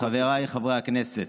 אדוני היושב-ראש, חבריי חברי הכנסת,